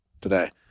today